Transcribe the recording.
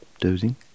Dozing